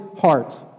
heart